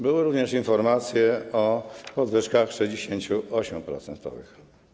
Były również informacje o podwyżkach 68-procentowych.